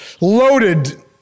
loaded